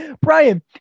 brian